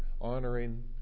honoring